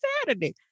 Saturday